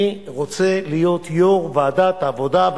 אני רוצה להיות יושב-ראש ועדת העבודה,